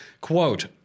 quote